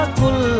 kul